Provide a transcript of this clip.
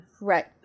right